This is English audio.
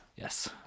yes